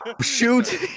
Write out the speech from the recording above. Shoot